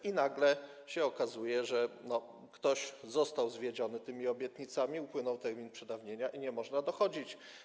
I nagle się okazuje, że ktoś został zwiedziony tymi obietnicami, upłynął termin przedawnienia i nie można dochodzić.